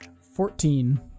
Fourteen